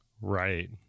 right